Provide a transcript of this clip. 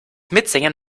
mitsingen